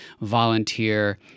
volunteer